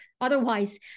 Otherwise